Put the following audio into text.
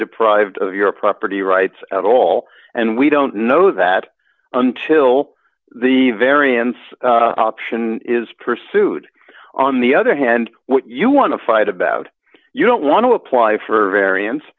deprived of your property rights at all and we don't know that until the variance option is pursued on the other hand what you want to fight about you don't want to apply for a variance